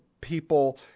people